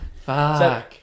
Fuck